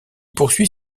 poursuit